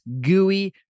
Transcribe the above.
gooey